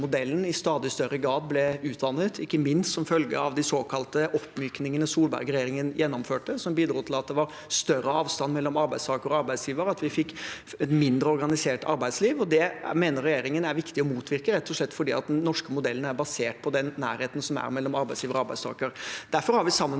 i stadig større grad ble utvannet, ikke minst som følge av de såkalte oppmykningene Solberg-regjeringen gjennomførte, som bidro til at det var større avstand mellom arbeidstaker og arbeidsgiver, og at vi fikk et mindre organisert arbeidsliv. Det mener regjeringen at det er viktig å motvirke, rett og slett fordi den norske modellen er basert på den nærheten som er mellom arbeidsgiver og arbeidstaker. Derfor har vi sammen